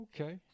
Okay